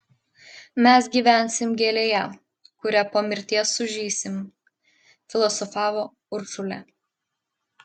mes gyvensim gėlėje kuria po mirties sužysim filosofavo uršulė